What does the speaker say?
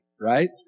right